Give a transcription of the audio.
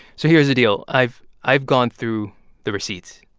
so here's the deal. i've i've gone through the receipts